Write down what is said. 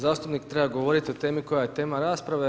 Zastupnik treba govoriti o temi koja je tema rasprave.